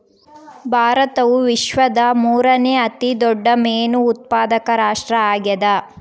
ಭಾರತವು ವಿಶ್ವದ ಮೂರನೇ ಅತಿ ದೊಡ್ಡ ಮೇನು ಉತ್ಪಾದಕ ರಾಷ್ಟ್ರ ಆಗ್ಯದ